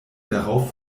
darauf